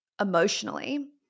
emotionally